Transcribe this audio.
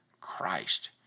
Christ